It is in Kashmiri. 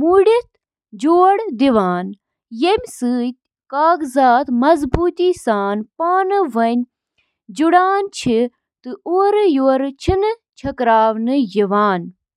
مدد، لباس کم کرُن تہٕ باقی۔